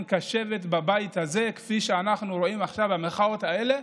קשבת בבית הזה כפי שאנחנו רואים עכשיו במחאות האלה,